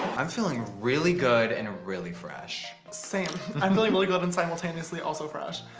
i'm feeling really good and really fresh. same. i'm really really good and simultaneously also fresh